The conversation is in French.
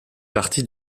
partie